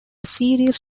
serious